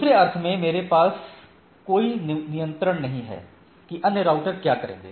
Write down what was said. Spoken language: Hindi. दूसरे अर्थ में मेरे पास कोई नियंत्रण नहीं है कि अन्य राउटर क्या करेंगे